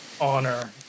honor